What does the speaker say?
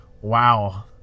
wow